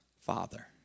Father